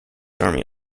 army